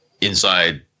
inside